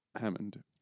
Hammond